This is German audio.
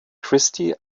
christie